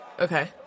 Okay